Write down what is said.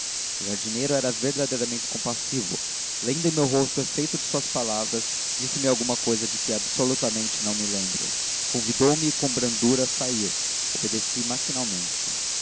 o jardineiro era verdadeiramente compassivo lendo em meu rosto o efeito de suas palavras disse-me alguma coisa de que absolutamente não me lembro convidou-me com brandura a sair obedeci